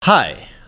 Hi